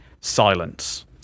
silence